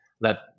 let